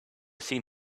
seen